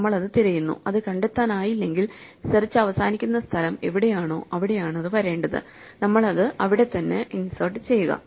നമ്മൾ അത് തിരയുന്നു അത് കണ്ടെത്താനായില്ലെങ്കിൽ സെർച്ച് അവസാനിക്കുന്ന സ്ഥലം എവിടെയാണോ അവിടെയാണ് അത് വരേണ്ടത് നമ്മൾ അത് അവിടെ തന്നെ ഇൻസേർട്ട് ചെയ്യുക